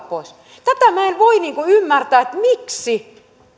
pois tätä minä en voi ymmärtää miksi